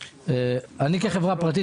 אני כחברה פרטית,